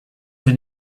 they